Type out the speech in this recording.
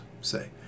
say